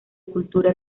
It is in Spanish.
cultura